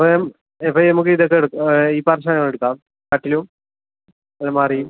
അപ്പം ഞാൻ ഇപ്പം ഞമ്മക്ക് ഇത് ഒക്കെ എടുക്ക ഈ പറഞ്ഞ സാധനം എടുക്കാം കട്ടിലും അലമാരയും